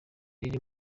riri